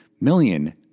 million